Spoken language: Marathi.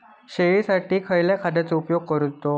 शेळीसाठी खयच्या खाद्यांचो उपयोग करायचो?